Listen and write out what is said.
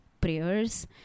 prayers